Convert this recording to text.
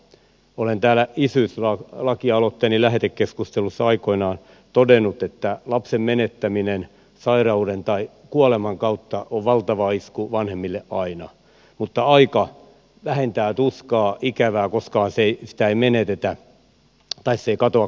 olen täällä isyyslakialoitteeni lähetekeskustelussa aikoinaan todennut että lapsen menettäminen sairauden tai kuoleman kautta on valtava isku vanhemmille aina mutta aika vähentää tuskaa ikävää koskaan se ei katoa